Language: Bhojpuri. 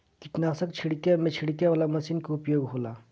कीटनाशक छिड़के में छिड़के वाला मशीन कअ उपयोग होला